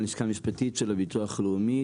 מהלשכה המשפטית של הביטוח הלאומי.